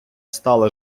стала